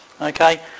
okay